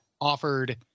offered